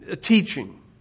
teaching